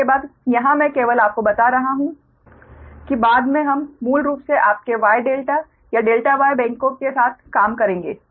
इसके बाद यहाँ मैं केवल आपको बता रहा हूँ कि बाद मे हम मूल रूप से आपके Y ∆ या ∆ Y बैंकों के साथ काम करेंगे